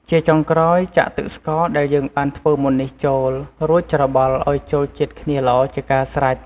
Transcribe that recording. ជាចុងក្រោយ ចាក់ទឹកស្ករដែលយើងបានធ្វើមុននេះចូល រួចច្របល់ឱ្យចូលជាតិគ្នាល្អជាការស្រេច។